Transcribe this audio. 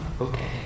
Okay